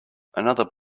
another